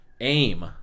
AIM